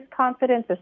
confidence